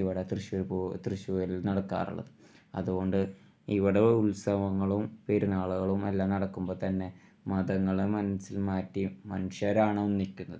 ഇവിടെ തൃശ്ശൂർ തൃശ്ശൂരിൽ നടക്കാറുള്ളത് അതു കൊണ്ട് ഇവിടെ ഉത്സവങ്ങളും പെരുന്നാളുകളും എല്ലാം നടക്കുമ്പോൾ തന്നെ മതങ്ങൾ മനസ്സിൽ മാറ്റിയും മനുഷ്യരാണ് ഒന്നിക്കുന്നത്